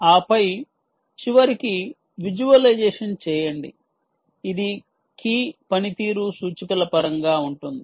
ఆపై చివరికి విజువలైజేషన్ చేయండి ఇది కీ పనితీరు సూచికల పరంగా ఉంటుంది